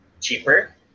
cheaper